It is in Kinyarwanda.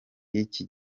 y’iki